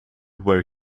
where